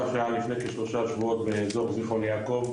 שהיה לפני כשלושה שבועות באזור זכרון יעקב,